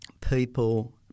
people